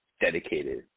dedicated